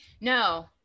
no